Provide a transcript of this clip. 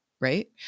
right